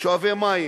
שואבי מים.